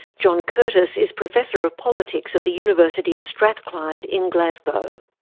john curtice is professor of politics at the university of strathclyde in glasgow.